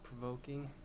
provoking